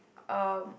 um